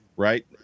Right